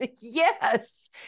Yes